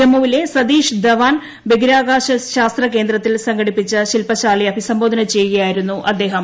ജമ്മുവിലെ സതീഷ് ധവാൻ ബഹിരാകാശ ശാസ്ത്ര കേന്ദ്രത്തിൽ സംഘടിപ്പിച്ച ശിൽപശാലയെ അഭിസംബോധന ചെയ്യുകയായിരുന്നു അദ്ദേഹം